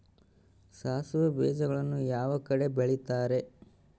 ಸಾಸಿವೆ ಬೇಜಗಳನ್ನ ಯಾವ ಕಡೆ ಬೆಳಿತಾರೆ?